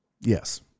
Yes